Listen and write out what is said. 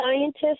scientists